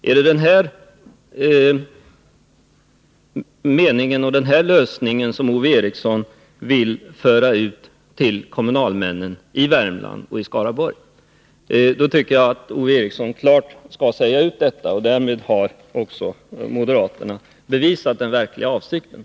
Är det den här lösningen Ove Eriksson vill föra ut till kommunalmännen i Värmland och Skaraborg? Då tycker jag att Ove Eriksson klart skall säga ut detta. Därmed har också moderaterna tydligt visat sina verkliga avsikter.